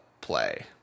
play